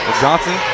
Johnson